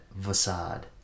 facade